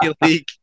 League